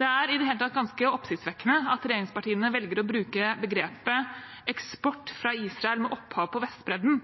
Det er i det hele tatt ganske oppsiktsvekkende at regjeringspartiene velger å bruke begrepet «eksportert fra Israel med opphav på Vestbredden»